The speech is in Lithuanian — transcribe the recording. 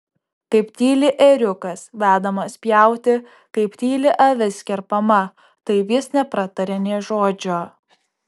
kaip tyli ėriukas vedamas pjauti kaip tyli avis kerpama taip jis nepratarė nė žodžio